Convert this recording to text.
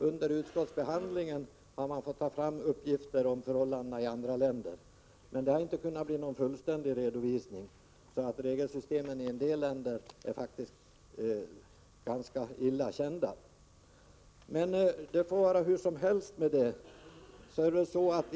Under utskottsbehandlingen har vi tagit fram uppgifter om förhållandena i andra länder, men det har inte kunnat bli någon fullständig kartläggning. Vi har faktiskt ganska liten kännedom om regelsystemen i en del länder. Det får emellertid vara hur som helst med avgiftsbestämmelserna i andra länder.